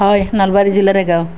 হয় নলাবাৰী জিলাৰে গাঁও